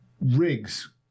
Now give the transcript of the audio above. rigs